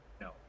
No